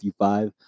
55